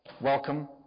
welcome